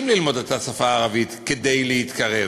ללמוד את השפה הערבית כדי להתקרב.